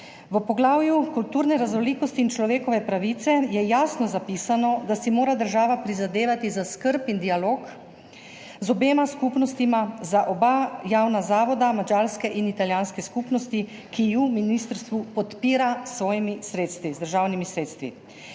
V poglavju Kulturne raznolikosti in človekove pravice je jasno zapisano, da si mora država prizadevati za skrb in dialog z obema skupnostma, za oba javna zavoda madžarske in italijanske skupnosti, ki ju ministrstvu podpira s svojimi sredstvi, z državnimi sredstvi.